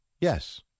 Yes